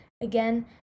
again